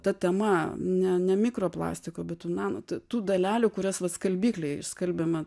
ta tema ne ne mikroplastiko bet tų nano tų dalelių kurias vat skalbyklėj išskalbiame